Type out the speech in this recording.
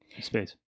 space